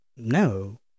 No